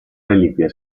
reliquie